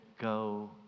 go